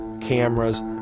cameras